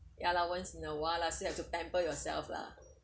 ya lah once in awhile lah still have to pamper yourself lah